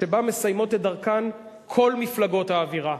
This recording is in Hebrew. שבה מסיימות את דרכן כל מפלגות האווירה: